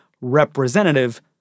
Representative